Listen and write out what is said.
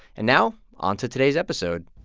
and now on to today's episode